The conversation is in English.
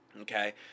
okay